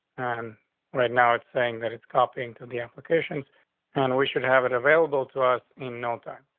and right now it's saying that it's copping to the applications and we should have it available to us in no time.